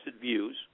views